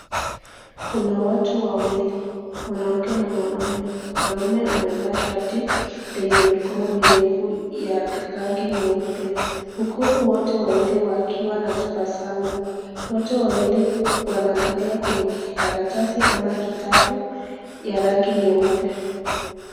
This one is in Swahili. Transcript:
Kuna watu wawili, mwanamke na mwanaume. Mwanaume amevaa shati lenye mikono mirefu ya rangi nyeupe huku wote wawili wakiwa na tabasamu. Wote wawili wanaangalia kwenye kijikarataasi ama kitabu ya rangi nyeupe.